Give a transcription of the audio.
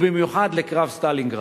ובמיוחד לקרב סטלינגרד.